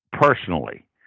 Personally